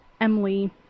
Emily